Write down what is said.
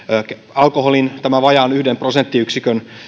alkoholin vajaan yhden prosenttiyksikön korotus